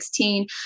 2016